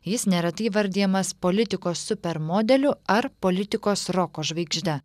jis neretai įvardijamas politikos super modeliu ar politikos roko žvaigžde